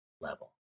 level